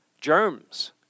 germs